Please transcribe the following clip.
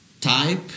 type